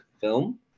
film